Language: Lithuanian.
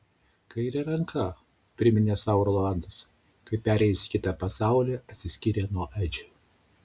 kaire ranka priminė sau rolandas kai perėjęs į kitą pasaulį atsiskyrė nuo edžio